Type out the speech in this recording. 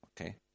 Okay